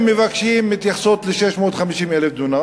מבקשים מתייחסות ל-650,000 דונם.